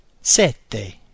sette